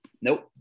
Nope